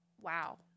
wow